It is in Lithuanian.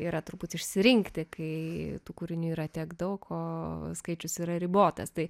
yra turbūt išsirinkti kai tų kūrinių yra tiek daug o skaičius yra ribotas tai